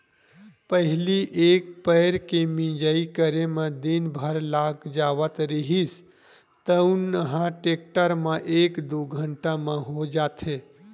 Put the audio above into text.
पहिली एक पैर के मिंजई करे म दिन भर लाग जावत रिहिस तउन ह टेक्टर म एक दू घंटा म हो जाथे